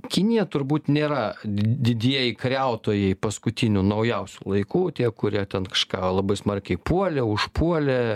kinija turbūt nėra didieji kariautojai paskutinių naujausių laikų tie kurie ten kažką labai smarkiai puolė užpuolė